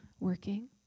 working